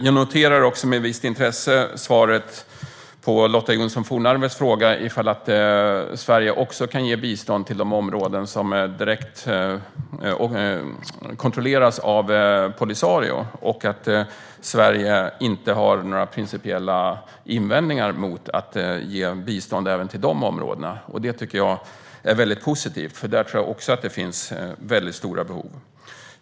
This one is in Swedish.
Jag noterar också med visst intresse svaret på Lotta Johnsson Fornarves fråga om Sverige kan ge bistånd till de områden som kontrolleras av Polisario. Sverige har inte några principiella invändningar mot att ge bistånd även till de områdena. Det tycker jag är väldigt positivt, för där tror jag också att det finns väldigt stora behov.